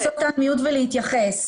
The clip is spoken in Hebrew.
לעשות אנמיוט ולהתייחס.